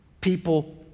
people